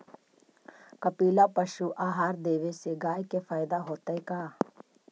कपिला पशु आहार देवे से गाय के फायदा होतै का?